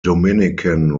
dominican